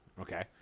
Okay